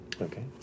Okay